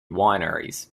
wineries